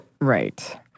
Right